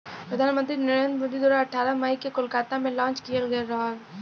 प्रधान मंत्री नरेंद्र मोदी द्वारा आठ मई के कोलकाता में लॉन्च किहल गयल रहल